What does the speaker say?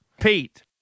Pete